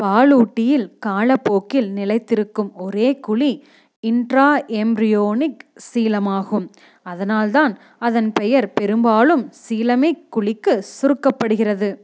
பாலூட்டியில் காலப்போக்கில் நிலைத்திருக்கும் ஒரே குழி இன்ட்ரா எம்ரியோனிக் சீலம் ஆகும் அதனால்தான் அதன் பெயர் பெரும்பாலும் சீலமிக் குழிக்கு சுருக்கப்படுகிறது